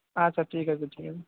আচ্ছা ঠিক আছে ঠিক আছে